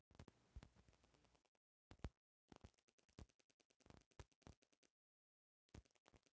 शहरी कृषि, शहर के इलाका मे जो खेती होला ओकरा के कहाला